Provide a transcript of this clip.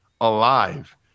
alive